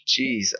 Jeez